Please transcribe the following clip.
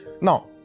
Now